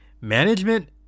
Management